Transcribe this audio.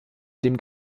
dem